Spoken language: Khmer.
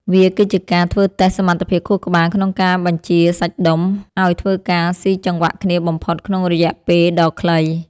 វាគឺជាការធ្វើតេស្តសមត្ថភាពខួរក្បាលក្នុងការបញ្ជាសាច់ដុំឱ្យធ្វើការស៊ីចង្វាក់គ្នាបំផុតក្នុងរយៈពេលដ៏ខ្លី។